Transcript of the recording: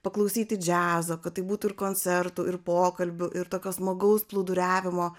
paklausyti džiazo kad tai būtų ir koncertų ir pokalbių ir tokio smagaus plūduriavimo